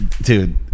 dude